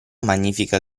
magnifica